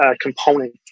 component